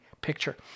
picture